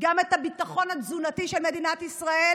גם את הביטחון התזונתי של מדינת ישראל